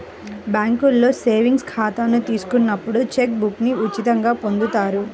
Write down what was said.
బ్యేంకులో సేవింగ్స్ ఖాతాను తీసుకున్నప్పుడు చెక్ బుక్ను ఉచితంగా పొందుతారు